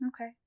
Okay